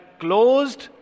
closed